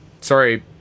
Sorry